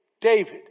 David